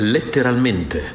Letteralmente